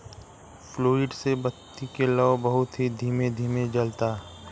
fluid से बत्ती के लौं बहुत ही धीमे धीमे जलता